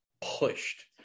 pushed